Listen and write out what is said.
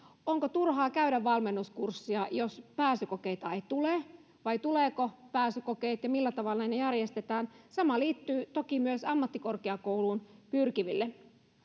onko turhaa käydä valmennuskurssia jos pääsykokeita ei tule vai tulevatko pääsykokeet ja millä tavalla ne järjestetään sama liittyy toki myös ammattikorkeakouluun pyrkiviin